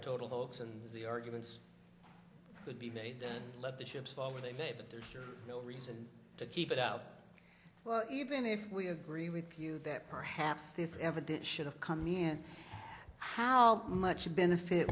a total hoax and the arguments could be made then let the chips fall where they may but there's no reason to keep it out well even if we agree with you that perhaps this evidence should have come in how much benefit